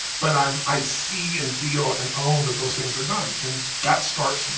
but i'm, i see and feel and own that those things are done, and that starts, you